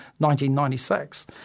1996